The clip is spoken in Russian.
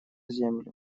земле